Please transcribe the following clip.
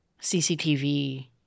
CCTV